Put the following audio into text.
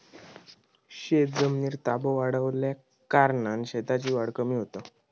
शेतजमिनीर ताबो वाढल्याकारणान शेतीची वाढ कमी होता